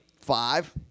five